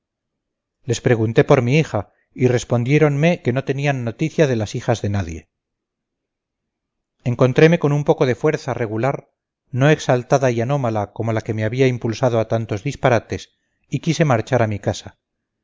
les pregunté por mi hija y respondiéronme que no tenían noticia de las hijas de nadie encontreme con un poco de fuerza regular no exaltada y anómala como la que me había impulsado a tantos disparates y quise marchar a mi casa